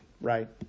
right